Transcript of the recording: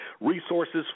resources